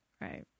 Right